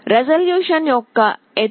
resolution యొక్క ఎత్తు